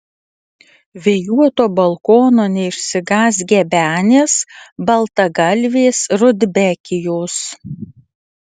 vėjuoto balkono neišsigąs gebenės baltagalvės rudbekijos